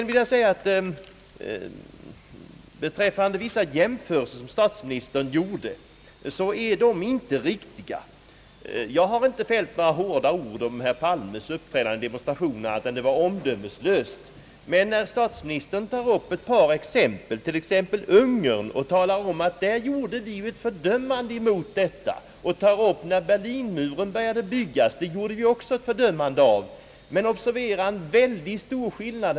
I fråga om vissa jämförelser som statsministern gjorde vill jag säga att de inte är riktiga. Jag har inte fällt några hårda ord om herr Palmes uppträdande i demonstrationen på annat sätt än att jag har sagt att det var omdömeslöst. Statsministern log upp ett par exem pel som jag vill beröra i detta sammanhang. Han nämnde Ungern och sade att i det fallet gjordes från svenskt håll ett fördömande av vad som där skedde. Han sade också att vi gjorde ett fördömande när Berlinmuren började byggas. Men observera, herr statsminister, att det här föreligger en mycket stor skillnad.